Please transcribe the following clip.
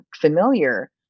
familiar